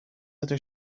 other